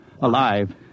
Alive